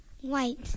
White